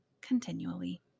continually